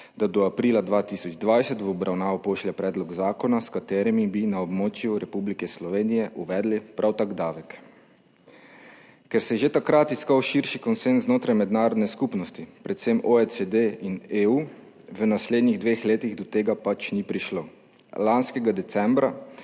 da do aprila 2020 v obravnavo pošlje predlog zakona, s katerim bi na območju Republike Slovenije uvedli prav tak davek. Ker se je že takrat iskal širši konsenz znotraj mednarodne skupnosti, predvsem OECD in EU, v naslednjih dveh letih do tega pač ni prišlo. Lanskega decembra